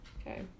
okay